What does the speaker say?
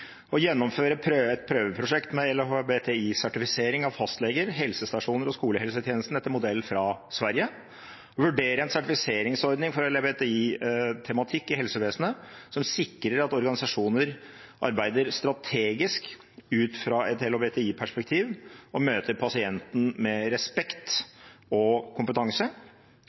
å gjennomføre et prøveprosjekt med LHBTI-sertifisering av fastleger, helsestasjoner og skolehelsetjenesten, etter modell fra Sverige å vurdere en sertifiseringsordning for LHBTI-tematikk i helsevesenet, som sikrer at organisasjoner arbeider strategisk ut ifra et LHBTI-perspektiv og møter pasienten med respekt og kompetanse